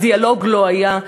אז דיאלוג לא היה?